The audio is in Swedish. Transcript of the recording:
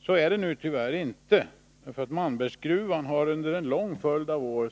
Så är det tyvärr inte. Malmbergsgruvan har under en lång följd av år